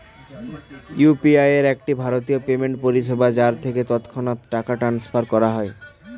UPI একটি ভারতীয় payment পরিষেবা যার থেকে তৎক্ষণাৎ টাকা ট্রান্সফার করা যায়